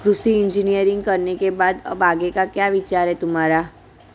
कृषि इंजीनियरिंग करने के बाद अब आगे का क्या विचार है तुम्हारा?